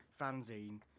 fanzine